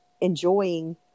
enjoying